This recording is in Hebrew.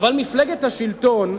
אבל מפלגת השלטון,